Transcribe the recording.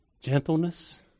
gentleness